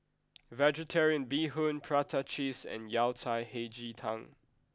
vegetarian Bee Hoon Prata Cheese and Yao Cai Hei Ji Tang